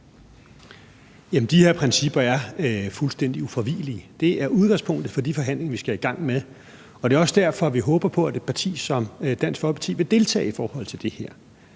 de her principper er fuldstændig ufravigelige. Det er udgangspunktet for de forhandlinger, vi skal i gang med, og det er også derfor, vi håber på, at et parti som Dansk Folkeparti vil deltage i forhold til det her.